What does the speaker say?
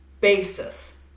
basis